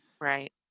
right